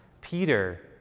Peter